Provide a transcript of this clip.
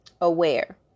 aware